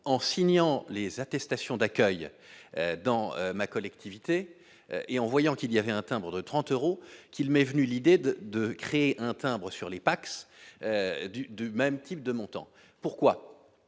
en signant les attestations d'accueil dans ma collectivité et en voyant qu'il y avait un timbre de 30 euros qu'il m'est venue l'idée de de créer un timbre sur les Pacs du du même type de montant, pourquoi,